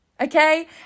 okay